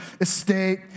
estate